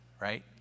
right